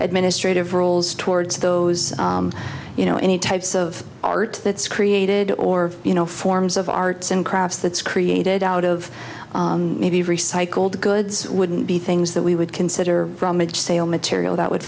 administrative roles towards those you know any types of art that's created or you know forms of arts and crafts that's created out of maybe recycled goods wouldn't be things that we would consider rummage sale material that would